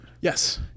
Yes